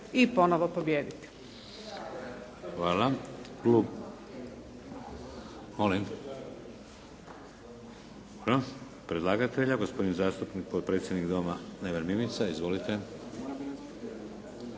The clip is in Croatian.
i ponovo pobijediti.